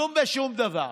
כלום ושום דבר.